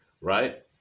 right